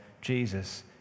Jesus